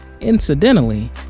incidentally